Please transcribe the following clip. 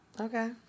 Okay